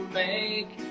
make